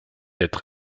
être